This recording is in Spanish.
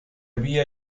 había